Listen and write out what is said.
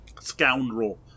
scoundrel